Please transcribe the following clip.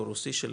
או רוסי שלה,